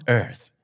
earth